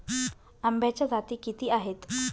आंब्याच्या जाती किती आहेत?